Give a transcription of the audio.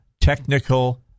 technical